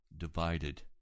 Divided